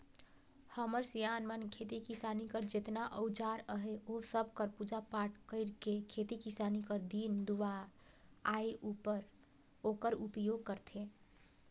हमर सियान मन खेती किसानी कर जेतना अउजार अहे ओ सब कर पूजा पाठ कइर के खेती किसानी कर दिन दुरा आए उपर ओकर उपियोग करथे